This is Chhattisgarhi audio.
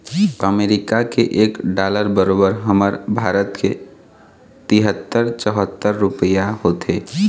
अमरीका के एक डॉलर बरोबर हमर भारत के तिहत्तर चउहत्तर रूपइया होथे